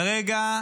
כרגע,